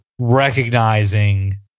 Recognizing